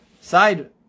side